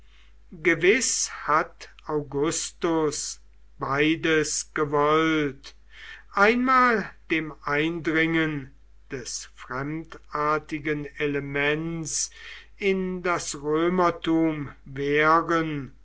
gewiß hat augustus beides gewollt einmal dem eindringen des fremdartigen elements in das römertum wehren